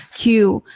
queue,